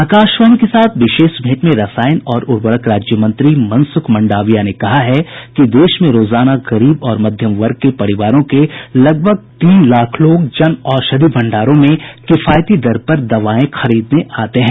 आकाशवाणी के साथ विशेष भेंट में रसायन और उर्वरक राज्य मंत्री मनसूख मंडाविया ने कहा कि देश में रोजाना गरीब और मध्यम वर्ग के परिवारों के करीब तीन लाख लोग जन औषधि भंडारों में किफायती दर पर दवाएं खरीदने आते हैं